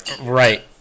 right